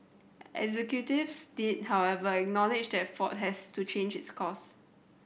executives did however acknowledge that Ford has to change its course